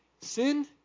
sin